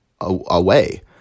away